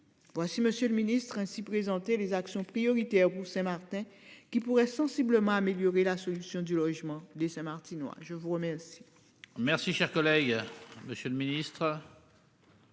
Monsieur le Ministre ainsi présenter les actions prioritaires ou c'est Martin qui pourrait sensiblement amélioré la solution du logement des Saint Martinois je vous remercie. Merci cher collègue. Monsieur le Ministre.